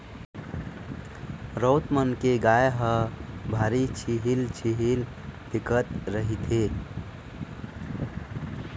राउत मन के गाय ह भारी छिहिल छिहिल दिखत रहिथे